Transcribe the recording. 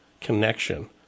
connection